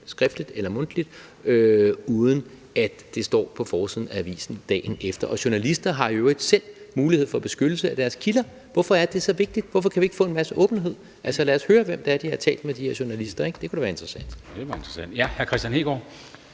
skriftligt eller mundtligt, uden at det står på forsiden af avisen dagen efter. Journalister har i øvrigt selv mulighed for beskyttelse af deres kilder. Hvorfor er det så vigtigt? Hvorfor kan vi ikke få en masse åbenhed? Lad os høre, hvem det er, de her journalister har talt med, ikke? Det kunne da være interessant. Kl. 13:54 Formanden (Henrik